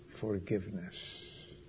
forgiveness